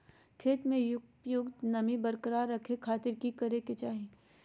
खेत में उपयुक्त नमी बरकरार रखे खातिर की करे के चाही?